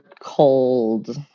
Cold